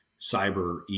cyber